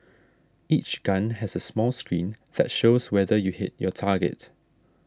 each gun has a small screen that shows whether you hit your target